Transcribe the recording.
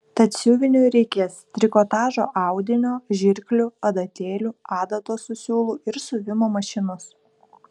tad siuviniui reikės trikotažo audinio žirklių adatėlių adatos su siūlu ir siuvimo mašinos